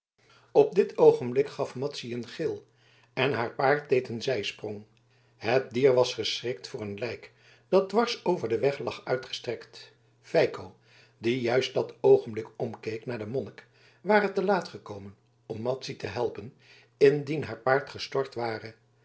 op dit oogenblik gaf madzy een gil en haar paard deed een zijsprong het dier was geschrikt voor een lijk dat dwars over den weg lag uitgestrekt feiko die juist dat oogenblik omkeek naar den monnik ware te laat gekomen om madzy te helpen indien haar paard gestort ware